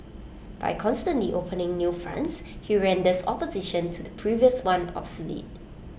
by constantly opening new fronts he renders opposition to the previous one obsolete